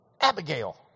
Abigail